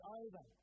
over